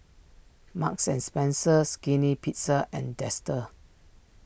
Marks and Spencer Skinny Pizza and Dester